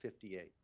58